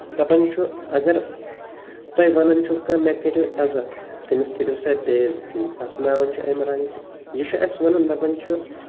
دپان چھُ اگر تۄہہِ وَنان چھُ کانٛہہ مےٚ کٔرِو عزت تٔمِس کٔرو سا بے عزتی اسناوان چھُ امہِ رنٛگہٕ تہِ یہِ اسہِ ونان دَپان چھُ